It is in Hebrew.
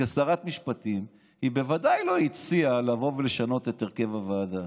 כשרת משפטים היא בוודאי לא הציעה לבוא ולשנות את הרכב הוועדה.